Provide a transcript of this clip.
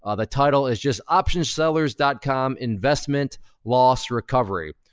ah the title is just, optionsellers dot com investment loss recovery.